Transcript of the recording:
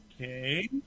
Okay